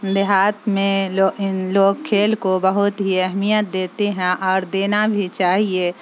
دیہات میںو ان لوگ کھیل کو بہت ہی اہمیت دیتے ہیں اور دینا بھی چاہیے